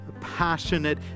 passionate